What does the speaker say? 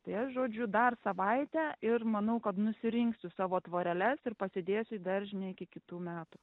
tai aš žodžiu dar savaitę ir manau kad nusirinksiu savo tvoreles ir pasidėsiu į daržinę iki kitų metų